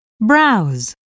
browse